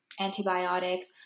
antibiotics